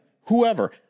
whoever